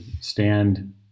stand